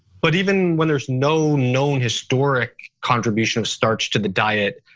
but even when there's no known historic contribution of starch to the diet,